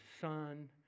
Son